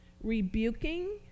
rebuking